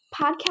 podcast